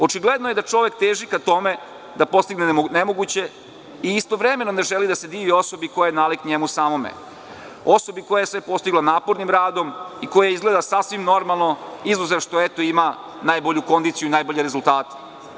Očigledno je da kada čovek teži, ka tome da postigne nemoguće i istovremeno ne želi da se divi osobi koja je nalik njemu samome, osobi koja je sve postigla napornim radom i koja izgleda sasvim normalno, izuzev što ima najbolju kondiciju i najbolje rezultate.